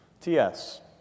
TS